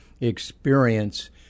experience